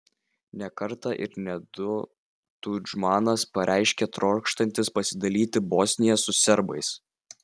ne kartą ir ne du tudžmanas pareiškė trokštantis pasidalyti bosniją su serbais